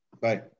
Bye